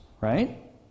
Right